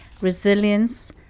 resilience